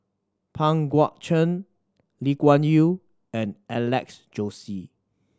Pang Guek Cheng Lee Kuan Yew and Alex Josey